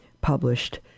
published